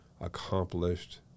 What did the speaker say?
accomplished